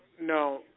no